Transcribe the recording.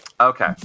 Okay